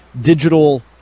digital